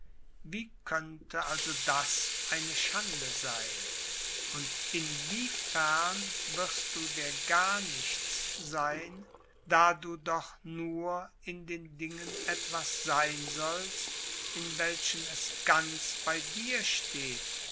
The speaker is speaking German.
wie könnte also das eine schande sein und in wiefern wirst du der garnichtssein da du doch nur in den dingen etwas sein sollst in welchen es ganz bei dir steht